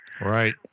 Right